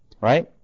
right